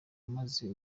amaze